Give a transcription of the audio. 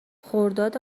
خرداد